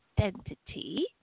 identity